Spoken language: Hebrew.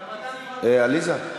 גם אתה, עליזה,